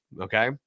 okay